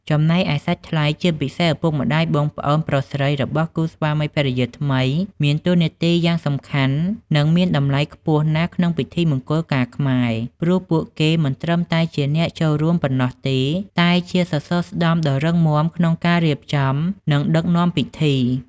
ចំណែកឯសាច់ថ្លៃ ជាពិសេស ឪពុកម្ដាយ បងប្អូនប្រុសស្រីរបស់គូស្វាមីភរិយាថ្មី មានតួនាទីយ៉ាងសំខាន់ និងមានតម្លៃខ្ពស់ណាស់ក្នុងពិធីមង្គលការខ្មែរ ព្រោះពួកគេមិនត្រឹមតែជាអ្នកចូលរួមប៉ុណ្ណោះទេ តែជាសសរស្តម្ភដ៏រឹងមាំក្នុងការរៀបចំ និងដឹកនាំពិធី។